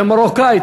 זה במרוקאית,